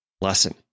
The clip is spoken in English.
lesson